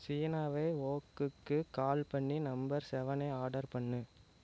சீனாவை வோக்குக்கு கால் பண்ணி நம்பர் செவனை ஆடர் பண்ணு